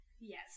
Yes